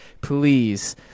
please